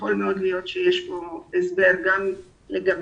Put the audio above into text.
יכול מאוד להיות שיש פה הסבר גם לגבי